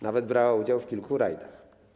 Nawet brała udział w kilku rajdach.